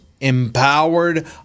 empowered